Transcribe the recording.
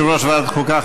יושב-ראש ועדת החוקה,